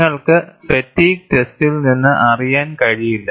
നിങ്ങൾക്ക് ഫാറ്റിഗ് ടെസ്റ്റിൽ നിന്ന് അറിയാൻ കഴിയില്ല